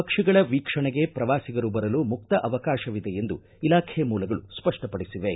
ಪಕ್ಷಿಗಳ ವೀಕ್ಷಣೆಗೆ ಪ್ರವಾಸಿಗರು ಬರಲು ಮುಕ್ತ ಅವಕಾಶ ಇದೆ ಎಂದು ಇಲಾಖೆ ಮೂಲಗಳು ಸ್ಪಷ್ಪಪಡಿಸಿವೆ